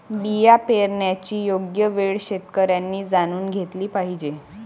बिया पेरण्याची योग्य वेळ शेतकऱ्यांनी जाणून घेतली पाहिजे